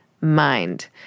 mind